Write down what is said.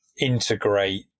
integrate